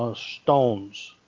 ah stones.